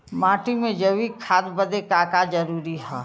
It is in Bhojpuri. माटी में जैविक खाद बदे का का जरूरी ह?